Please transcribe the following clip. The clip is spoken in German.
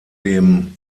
dem